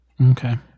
Okay